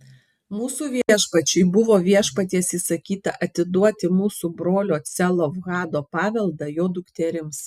mūsų viešpačiui buvo viešpaties įsakyta atiduoti mūsų brolio celofhado paveldą jo dukterims